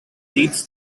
leads